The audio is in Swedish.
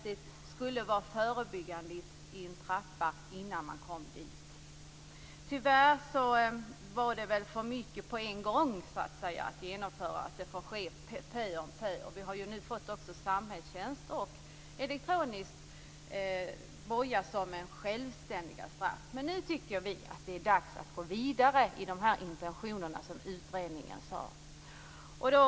Det skulle vara förebyggande steg i en trappa innan man kom dit. Tyvärr var det för mycket att genomföra på en gång, utan det får ske pö om pö. Vi har fått samhällstjänst och elektroniska boja som självständiga straff. Nu tycker vi att det är dags att gå vidare med de intentioner som utredningen redovisade.